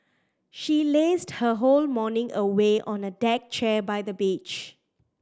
she lazed her whole morning away on a deck chair by the beach